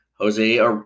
Jose